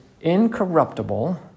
incorruptible